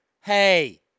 Hey